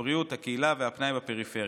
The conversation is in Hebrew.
הבריאות, הקהילה והפנאי בפריפריה.